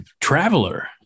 traveler